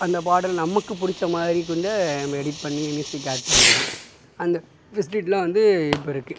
அந்த பாடல் நமக்கு பிடிச்ச மாதிரி நம்ம எடிட் பண்ணி மியூசிக் ஆட் பண்ணிக்குறோம் அந்த பெசிலிட்டிலாம் வந்து இப்போ இருக்கு